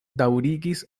daŭrigis